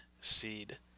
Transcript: seed